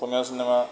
Asomiya cinema